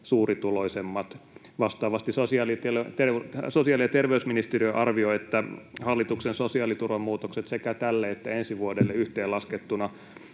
suurituloisemmat. Vastaavasti sosiaali- ja terveysministeriö arvioi, että hallituksen sosiaaliturvamuutokset sekä tälle että ensi vuodelle yhteenlaskettuna